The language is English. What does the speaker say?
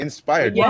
Inspired